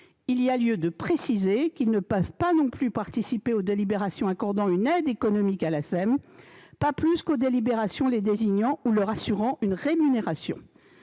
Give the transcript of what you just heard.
Il y a lieu de préciser qu'ils ne peuvent pas non plus participer aux délibérations accordant une aide économique à la SEML, pas plus qu'aux délibérations les désignant ou leur assurant une rémunération.